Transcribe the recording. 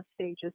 stages